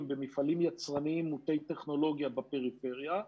במפעלים יצרניים מוטי טכנולוגיה בפריפריה.